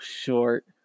short